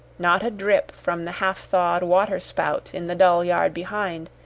not a drip from the half-thawed water-spout in the dull yard behind,